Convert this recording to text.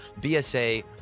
BSA